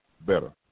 better